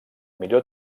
millor